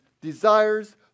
desires